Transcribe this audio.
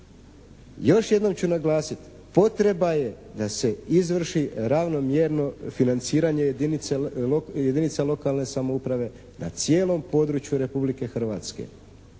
Još jednom ću naglasiti, potreba je da se izvrši ravnomjerno financiranje jedinica lokalne samouprave na cijelom području Republike Hrvatske.